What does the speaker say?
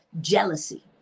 jealousy